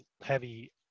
heavy